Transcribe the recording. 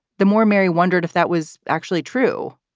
the more mary wondered if that was actually true.